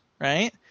right